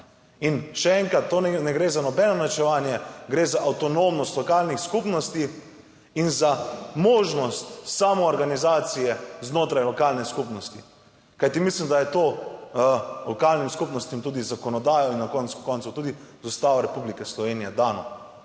In še enkrat, to ne gre za nobeno norčevanje, gre za avtonomnost lokalnih skupnosti in za možnost samoorganizacije znotraj lokalne skupnosti, kajti mislim, da je to lokalnim skupnostim tudi z zakonodajo in na koncu koncev tudi z Ustavo Republike Slovenije dano,